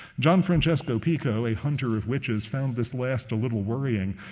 gianfrancesco pico, a hunter of witches, found this last a little worrying,